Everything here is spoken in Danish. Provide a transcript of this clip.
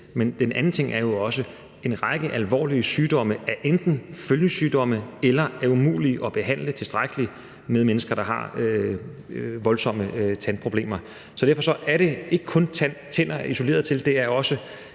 men den anden ting er jo også, at der er en række alvorlige sygdomme, der enten er følgesygdomme eller umulige at behandle tilstrækkeligt hos mennesker, der har voldsomme tandproblemer. Derfor er det ikke kun isoleret til tænder,